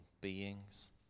beings